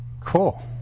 cool